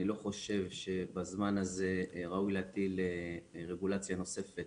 אני לא חושב שבזמן הזה ראוי להטיל רגולציה נוספת